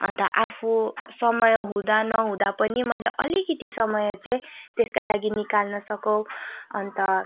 अन्त आफू समय हुँदा नहुँदा पनि मैले अलिकति समय चाहिँ त्यसका लागि निकाल्न सकुँ अन्त